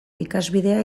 ikasbidea